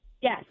yes